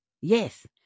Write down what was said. Yes